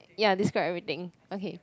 ya describe everything